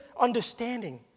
understanding